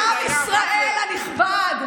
עם ישראל הנכבד,